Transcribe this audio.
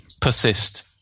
persist